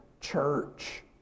Church